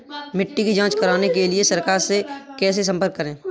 मिट्टी की जांच कराने के लिए सरकार से कैसे संपर्क करें?